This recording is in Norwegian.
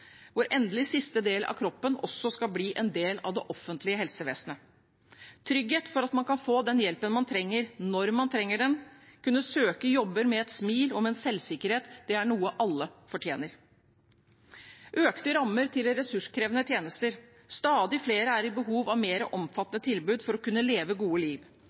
hvor endelig siste del av kroppen også skal bli en del av det offentlige helsevesenet. Trygghet for at man kan få den hjelpen man trenger, når man trenger den, at man skal kunne søke jobber med et smil og med selvsikkerhet, det er noe alle fortjener. Det blir økte rammer til ressurskrevende tjenester. Stadig flere har behov for et mer omfattende tilbud for å kunne leve et godt liv.